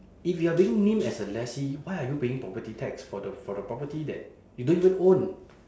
if you're being named as a lessee why are you paying property tax for the for the property that you don't even own